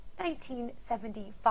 1975